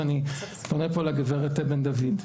ואני פונה פה לגב' בן דוד.